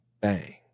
Bang